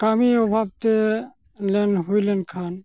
ᱠᱟᱹᱢᱤ ᱚᱵᱷᱟᱵᱽᱛᱮ ᱞᱳᱱ ᱦᱩᱭᱞᱮᱱᱠᱷᱟᱱ